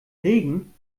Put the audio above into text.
regen